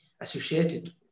associated